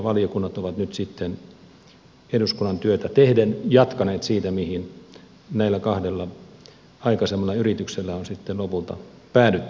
valiokunnat ovat nyt sitten eduskunnan työtä tehden jatkaneet siitä mihin näillä kahdella aikaisemmalla yrityksellä on lopulta päädytty